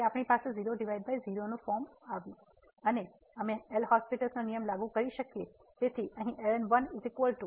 તેથી આપણી પાસે 00 ફોર્મ છે અને અમે એલ'હોસ્પિટલL'hospital's નિયમ લાગુ કરી શકીએ છીએ